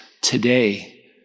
today